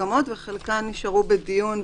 מוסכמות וחלקן נשארו בדיון.